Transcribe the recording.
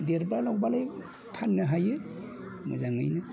देरब्ला लावब्लालाय फाननो हायो मोजाङैनो